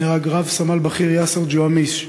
נהרג רב-סמל בכיר יאסר ג'ואמיס,